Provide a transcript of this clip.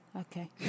Okay